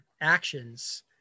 actions